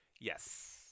Yes